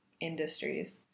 industries